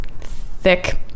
thick